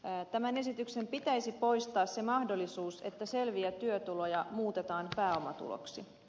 tämän esityksen pitäisi poistaa se mahdollisuus että selviä työtuloja muutetaan pääomatuloksi